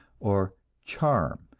or charm,